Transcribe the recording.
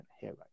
Hero